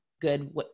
good